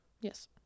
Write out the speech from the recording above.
Yes